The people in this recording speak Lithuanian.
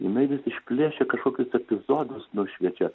jinai vis išplėšia kažkokius epizodus nušviečia